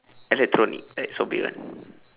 electronic I like sobri one